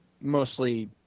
mostly